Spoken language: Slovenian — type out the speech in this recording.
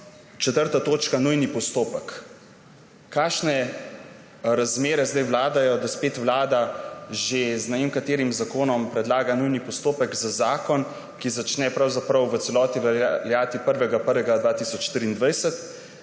Četrta točka, nujni postopek. Kakšne razmere zdaj vladajo, da spet vlada že z ne vem katerim zakonom predlaga nujni postopek za zakon, ki začne pravzaprav v celoti veljati 1. 1. 2023?